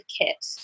kit